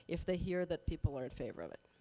if they hear that people are in favor of it.